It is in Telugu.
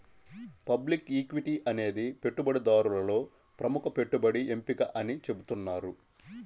పబ్లిక్ ఈక్విటీ అనేది పెట్టుబడిదారులలో ప్రముఖ పెట్టుబడి ఎంపిక అని చెబుతున్నారు